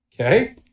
Okay